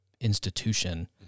institution